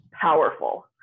powerful